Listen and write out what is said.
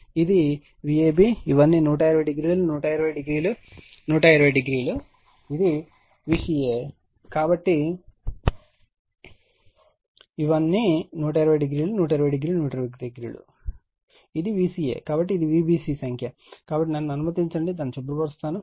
ఇది Vab ఇవన్నీ 120o 1200 ఇది Vca కాబట్టి ఇది Vbc సంఖ్య కాబట్టి నన్ను అనుమతించండి దాన్ని శుభ్రపరుస్తాను